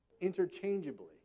Interchangeably